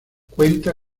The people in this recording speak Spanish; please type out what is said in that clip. cuenta